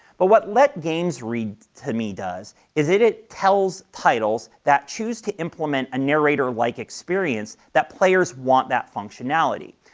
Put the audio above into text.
but what let games read to me does is it it tells titles that choose to implement a narrator-like experience that players want that functionality.